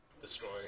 destroy